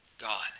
God